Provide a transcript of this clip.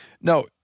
now